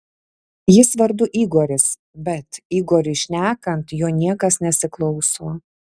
jis vardu igoris bet igoriui šnekant jo niekas nesiklauso